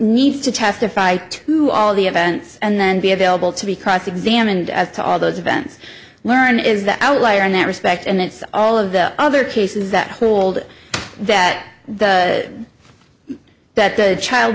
needs to testify to all the events and then be available to be cross examined as to all those events learn is that layer in that respect and that's all of the other cases that hold that the that the child